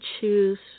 choose